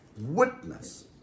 witness